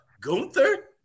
gunther